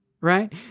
Right